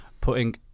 putting